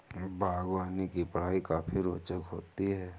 बागवानी की पढ़ाई काफी रोचक होती है